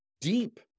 deep